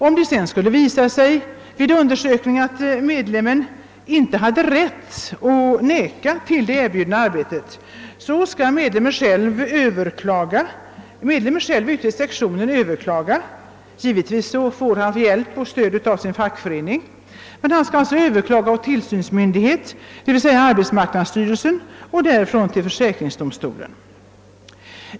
Om det sedan vid undersökning skulle visa sig att medlemmen inte hade rätt att vägra ta det erbjudna arbetet, skall medlemmen själv överklaga — han får givetvis hjälp och stöd av sin fackförening — hos tillsynsmyndighet, d.v.s. arbetsmarknadsstyrelsen, och kan därifrån gå till försäkringsdomstolen.